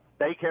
daycare